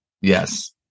Yes